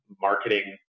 marketing